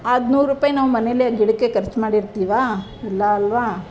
ಆ ನೂರು ರೂಪಾಯಿ ನಾವು ಮನೆಯಲ್ಲೇ ಗಿಡಕ್ಕೆ ಖರ್ಚು ಮಾಡಿರ್ತೀವಾ ಇಲ್ಲ ಅಲ್ವ